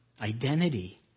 Identity